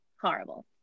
horrible